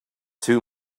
too